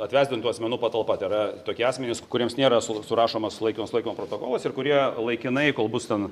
atvesdintų asmenų patalpa tai yra tokie asmenys kuriems nėra su surašomas laikino sulaikymo protokolas ir kurie laikinai kol bus ten